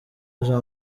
jean